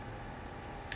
!wow!